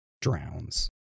drowns